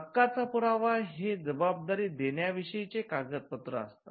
हक्काचा पुरावा हे जबाबदारी देण्या विषयी चे कागद पत्रे असतात